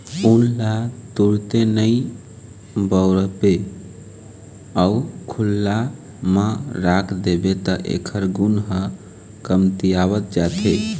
ऊन ल तुरते नइ बउरबे अउ खुल्ला म राख देबे त एखर गुन ह कमतियावत जाथे